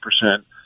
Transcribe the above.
percent